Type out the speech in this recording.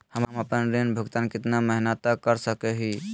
हम आपन ऋण भुगतान कितना महीना तक कर सक ही?